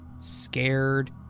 scared